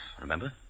remember